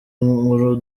nkuru